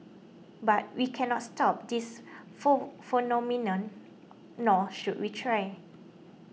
but we cannot stop this for phenomenon nor should we try